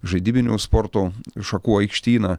žaidybinių sporto šakų aikštyną